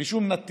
בלי שום נתיב,